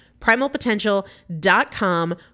Primalpotential.com